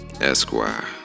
Esquire